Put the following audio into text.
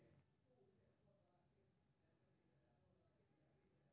UPI सेवा के फायदा उठबै लेल स्मार्टफोन आ यू.पी.आई सदस्य बैंक मे खाता होबाक चाही